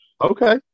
Okay